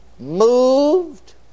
moved